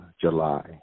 July